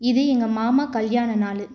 இது எங்கள் மாமா கல்யாண நாள்